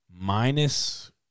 Minus